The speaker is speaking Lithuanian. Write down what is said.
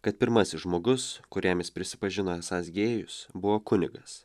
kad pirmasis žmogus kuriam jis prisipažino esąs gėjus buvo kunigas